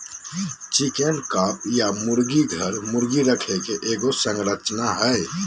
chicken coop या मुर्गी घर, मुर्गी रखे के एगो संरचना हइ